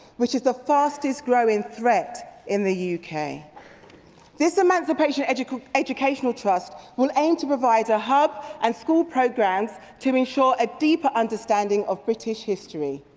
which is the fastest growing threat in the yeah uk. this emancipation educational educational trust will aim to provide a hub and school programmes to ensure a deeper understanding of british history.